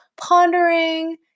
pondering